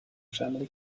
family